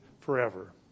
forever